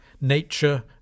Nature